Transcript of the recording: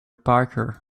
parker